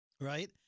right